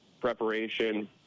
preparation